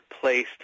placed